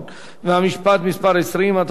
התשע"ב 2012. קריאה שנייה,